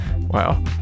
wow